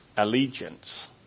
allegiance